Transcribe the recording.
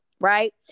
right